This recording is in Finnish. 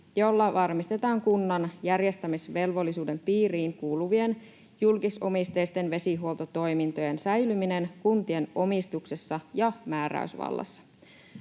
jolla varmistetaan kunnan järjestämisvelvollisuuden piiriin kuuluvien julkisomisteisten vesihuoltotoimintojen säilyminen kuntien omistuksessa ja määräysvallassa.